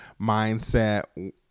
mindset